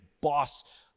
boss